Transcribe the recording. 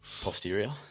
Posterior